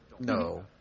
No